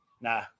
Nah